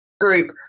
group